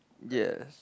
yes